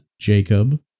Jacob